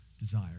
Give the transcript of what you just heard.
desire